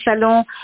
salon